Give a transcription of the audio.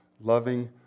loving